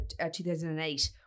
2008